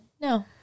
no